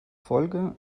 folge